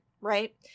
right